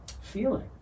feeling